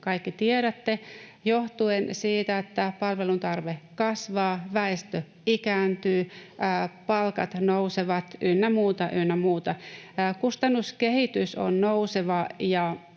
kaikki tiedätte, johtuen siitä, että palveluntarve kasvaa, väestö ikääntyy, palkat nousevat ynnä muuta, ynnä muuta. Kustannuskehitys on nouseva,